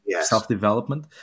self-development